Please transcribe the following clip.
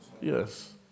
yes